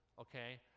okay